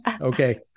Okay